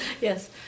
yes